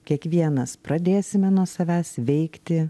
kiekvienas pradėsime nuo savęs veikti